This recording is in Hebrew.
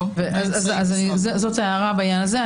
זו ההערה בעניין הזה.